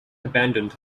abandoned